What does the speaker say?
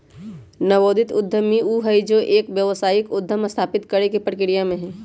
नवोदित उद्यमी ऊ हई जो एक व्यावसायिक उद्यम स्थापित करे के प्रक्रिया में हई